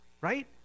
Right